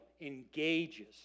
engages